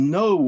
no